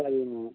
சரிங்க மேடம்